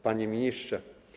Panie Ministrze!